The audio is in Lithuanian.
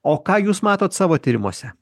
o ką jūs matot savo tyrimuose